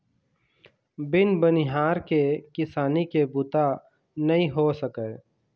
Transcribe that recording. बिन बनिहार के किसानी के बूता नइ हो सकय